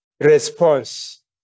response